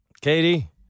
Katie